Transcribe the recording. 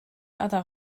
other